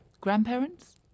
grandparents